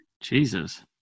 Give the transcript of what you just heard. Jesus